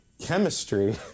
chemistry